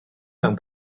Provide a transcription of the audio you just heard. mewn